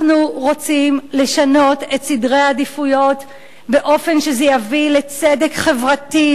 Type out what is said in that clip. אנחנו רוצים לשנות את סדרי העדיפויות באופן שזה יביא לצדק חברתי,